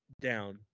down